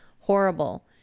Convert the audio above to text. horrible